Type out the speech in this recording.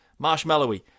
marshmallowy